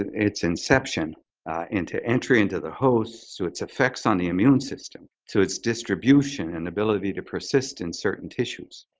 and its inception into entry into the host, so its effects on the immune system to its distribution and ability to persist and certain tissues,